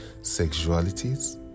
sexualities